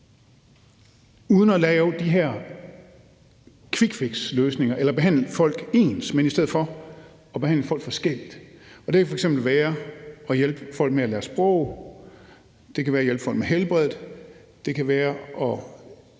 uden at lave de her quickfixløsninger eller behandle folk ens, men i stedet for behandle folk forskelligt. Det kan f.eks. være at hjælpe folk med at lære sproget, det kan være at hjælpe folk med helbredet, og det kan være at